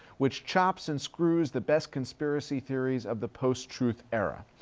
which chops and screws the best conspiracy theories of the post-truth era.